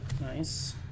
Nice